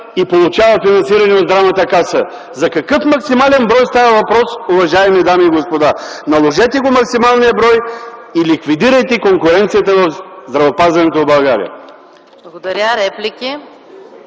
и получава финансиране от Здравната каса! За какъв максимален брой става въпрос, уважаеми дами и господа? Наложете максималния брой и ликвидирайте конкуренцията в здравеопазването в България. ПРЕСЕДАТЕЛ